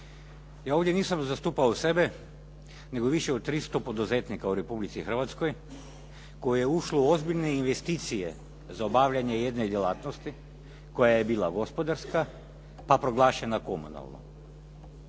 Ja ovdje nisam zastupao sebe, nego više od 300 poduzetnika u Republici Hrvatskoj koje je ušlo u ozbiljne investicije za obavljanje jedne djelatnosti koja je bila gospodarska, pa proglašena komunalnom.